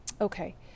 Okay